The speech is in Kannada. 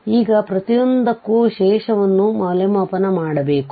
ಈಗ ಪ್ರತಿಯೊಂದಕ್ಕೂ ಶೇಷವನ್ನು ಮೌಲ್ಯಮಾಪನ ಮಾಡಬೇಕು